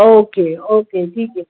okay okay ठीक आहे